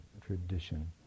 tradition